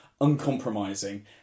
uncompromising